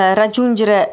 raggiungere